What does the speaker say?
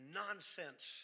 nonsense